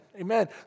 Amen